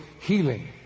healing